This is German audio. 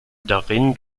darin